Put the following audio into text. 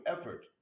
effort